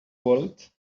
wallet